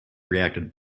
reacted